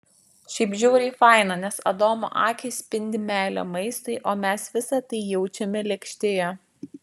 šiaip žiauriai faina nes adomo akys spindi meile maistui o mes visa tai jaučiame lėkštėje